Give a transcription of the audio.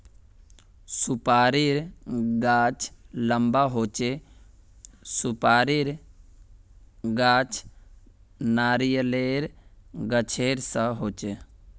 सुपारीर गाछ लंबा होचे, सुपारीर गाछ नारियालेर गाछेर सा होचे